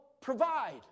provide